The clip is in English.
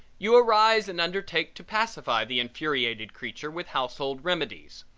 you arise and undertake to pacify the infuriated creature with household remedies.